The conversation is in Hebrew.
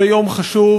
זה יום חשוב.